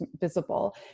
visible